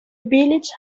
village